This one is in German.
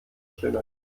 stimme